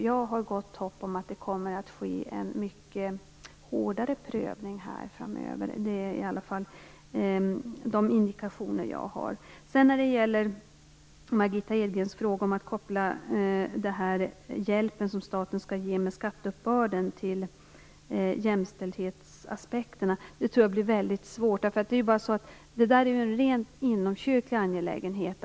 Jag har gott hopp om att det kommer att ske en mycket hårdare prövning framöver. Det är de indikationer jag har. Margitta Edgren frågade om man kan koppla den hjälp som staten skall ge med skatteuppbörden till jämställdhetsaspekterna. Det tror jag blir väldigt svårt. Att ta ut en kyrkoavgift är en rent inomkyrklig angelägenhet.